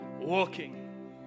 Walking